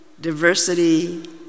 diversity